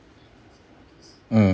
mm